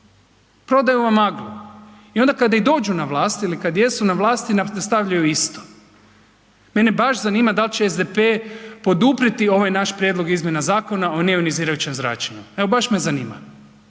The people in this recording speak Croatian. Prodaju vam maglu. Onda kada i dođu na vlast ili kada jesu na vlasti nastavljaju isto. Mene baš zanima da li će SDP-e poduprijeti ovaj naš prijedlog izmjena Zakona o neionizirajućem zračenju evo baš me zanima.